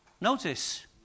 Notice